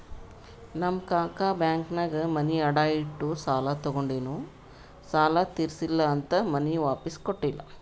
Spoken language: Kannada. ನಮ್ ಕಾಕಾ ಬ್ಯಾಂಕ್ನಾಗ್ ಮನಿ ಅಡಾ ಇಟ್ಟು ಸಾಲ ತಗೊಂಡಿನು ಸಾಲಾ ತಿರ್ಸಿಲ್ಲಾ ಅಂತ್ ಮನಿ ವಾಪಿಸ್ ಕೊಟ್ಟಿಲ್ಲ